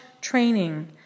training